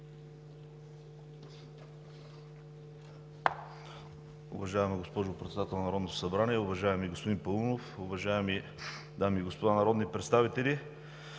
Уважаеми господин Председател на Народното събрание, уважаеми господин Чуколов, уважаеми дами и господа народни представители!